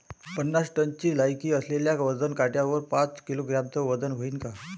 पन्नास टनची लायकी असलेल्या वजन काट्यावर पाच किलोग्रॅमचं वजन व्हईन का?